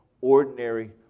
ordinary